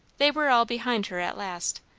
they were all behind her at last.